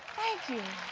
thank you.